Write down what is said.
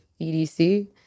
EDC